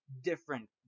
different